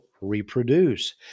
reproduce